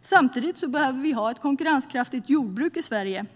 Samtidigt behöver vi ha ett konkurrenskraftigt jordbruk i Sverige.